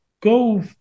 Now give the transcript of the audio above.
go